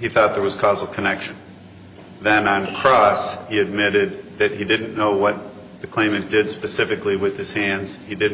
he thought there was a causal connection then i'm cross he admitted that he didn't know what the claimant did specifically with his hands he didn't